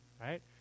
right